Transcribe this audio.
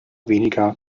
weniger